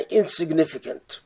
insignificant